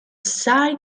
side